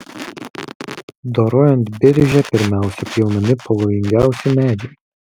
dorojant biržę pirmiausia pjaunami pavojingiausi medžiai